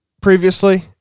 previously